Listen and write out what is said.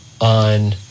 on